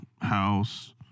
House